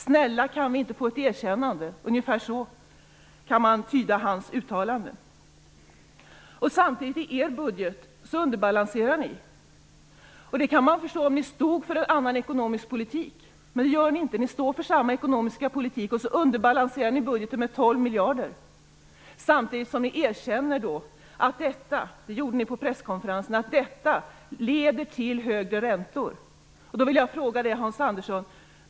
"Snälla, kan vi inte få ett erkännande?" - ungefär så kan man tyda hans uttalande. Samtidigt underbalanserar Vänsterpartiet sin budget. Man skulle kunna förstå det om partiet stod för en annan ekonomisk politik. Men så är det inte. Vänsterpartiet står för samma ekonomiska politik och underbalanserar budgeten med 12 miljarder kronor, samtidigt som vänsterpartisterna erkänner - det gjorde de på presskonferensen - att detta leder till högre räntor. Vad är det för fel på låga räntor, Hans Andersson?